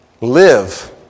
live